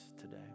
today